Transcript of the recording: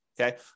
Okay